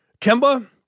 Kemba